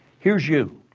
here's you,